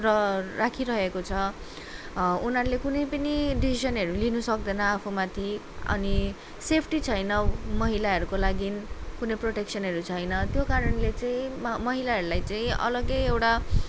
र राखिरहेको छ उनीहरूले कुनै पनि डिसिसनहरू लिनु सक्दैन आफू माथि अनि सेफ्टी छैन महिलाहरूको लागि कुनै प्रटेक्सनहरू छैन त्यो कारणले चाहिँ म महिलाहरूलाई चाहिँ अलग्गै एउटा